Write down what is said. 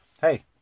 hey